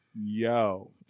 yo